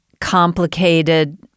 complicated